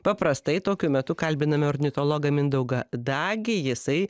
paprastai tokiu metu kalbiname ornitologą mindaugą dagį jisai